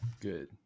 good